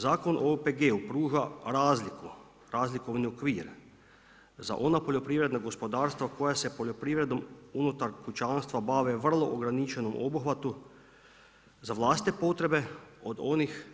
Zakon o OPG-u pruža razliku, razlikovni okvir za ona poljoprivredna gospodarstva koja se poljoprivredom unutar kućanstva bave u vrlo ograničenom obuhvatu za vlastite potrebe od onih